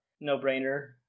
no-brainer